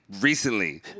Recently